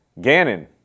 Gannon